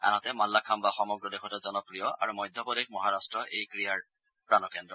আনহাতে মাল্লাখায়া সমগ্ৰ দেশতে জনপ্ৰিয় আৰু মধ্যপ্ৰদেশ তথা মহাৰাট্ট এই ক্ৰীড়াৰ প্ৰাণকেন্দ্ৰ